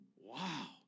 wow